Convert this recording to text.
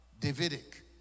davidic